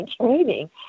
training